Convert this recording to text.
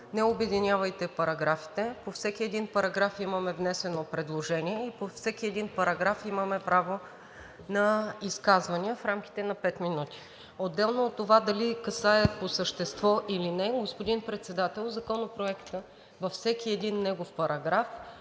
не обединявайте параграфите. По всеки един параграф имаме внесено предложение и по всеки един параграф имаме изказване в рамките на 5 минути. Отделно от това дали касае по същество или не, господин Председател, Законопроектът във всеки един параграф